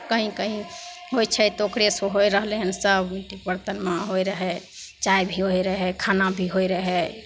कहीं कहीं होइ छै तऽ ओकरेसँ होय रहलै हन सभ बरतनमे होइत रहै चाय भी होइत रहै खाना भी होइत रहै